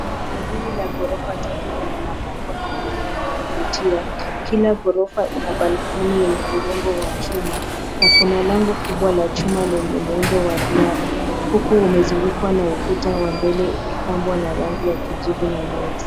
Jengo hili la ghorofa tatu lina mapambo na muundo wa kuvutia. Kila ghorofa ina balkoni yenye urembo wa chuma, na kuna lango kubwa la chuma lenye muundo wa duara, huku umezungukwa na ukuta wa mbele ukipambwa na rangi ya kijivu na nyeusi.